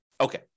Okay